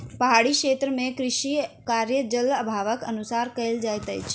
पहाड़ी क्षेत्र मे कृषि कार्य, जल अभावक अनुसार कयल जाइत अछि